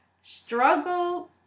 struggle